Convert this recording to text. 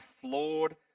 flawed